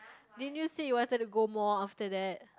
didn't you said you wanted to go more after that